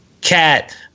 Cat